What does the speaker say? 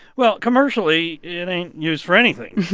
well, commercially, it ain't used for anything.